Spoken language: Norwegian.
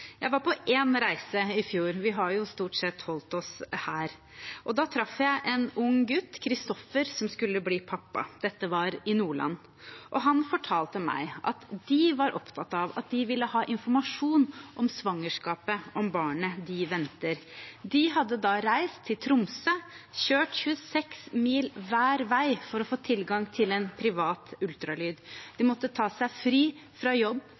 Jeg var på én reise i fjor – vi har jo stort sett holdt oss her. Da traff jeg en ung gutt, Kristoffer, som skulle bli pappa. Dette var i Nordland. Han fortalte meg at de var opptatt av at de ville ha informasjon om svangerskapet, om barnet de venter. De hadde da reist til Tromsø, kjørt 26 mil hver vei for å få tilgang til en privat ultralyd. De måtte ta seg fri fra jobb,